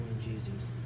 Jesus